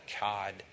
God